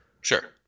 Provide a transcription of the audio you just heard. Sure